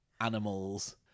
animals